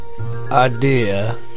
idea